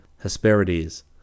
Hesperides